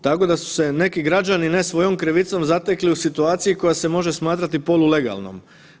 Tako da su se neki građani ne svojom krivicom zatekli u situaciju koja se može smatrati polulegalnom.